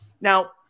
Now